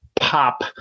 pop